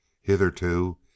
Hitherto